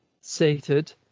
sated